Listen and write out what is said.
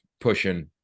pushing